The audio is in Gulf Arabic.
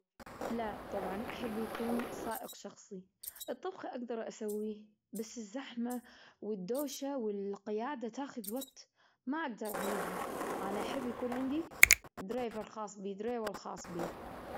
لا، طبعا، أحب يكون سائق شخصي. الطبخ أقدر أسويه، بس الزحمة والدوشة والقيادة تأخذ وقت. ما أقدر عليها. أنا أحب يكون عندي درايرفر خاص بي.